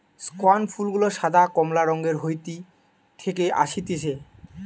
স্কেয়ান ফুল গুলা সাদা, কমলা রঙের হাইতি থেকে অসতিছে